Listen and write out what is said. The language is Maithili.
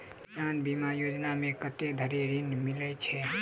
किसान बीमा योजना मे कत्ते धरि ऋण मिलय छै?